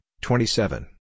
twenty-seven